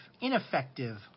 ineffective